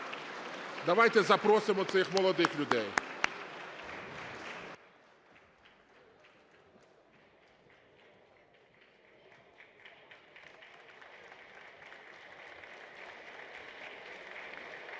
Давайте запросимо цих молодих людей.